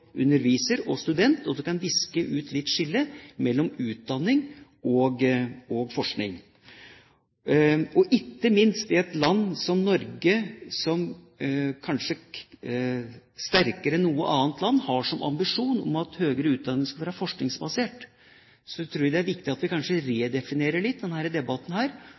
underviser og student, og det kan viske litt ut skillet mellom utdanning og forskning, ikke minst i et land som Norge, som kanskje sterkere enn noe annet land har som ambisjon at høgere utdanning skal være forskningsbasert. Så jeg tror det er viktig at vi kanskje redefinerer denne debatten litt